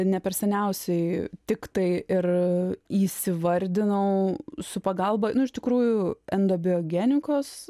ne per seniausiai tiktai ir įsivardinau su pagalba nu iš tikrųjų endobiogenikos